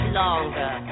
longer